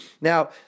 Now